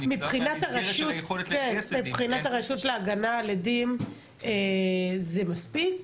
מבחינת הרשות להגנה על עדים זה מספיק?